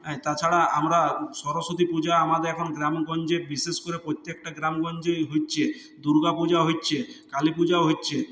তাছাড়া আমরা সরস্বতী পূজা আমাদের এখন গ্রামে গঞ্জে বিশেষ করে প্রত্যেকটা গ্রাম গঞ্জেই হচ্ছে দুর্গাপূজা হচ্ছে কালীপূজাও হচ্ছে